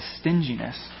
stinginess